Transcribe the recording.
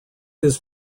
his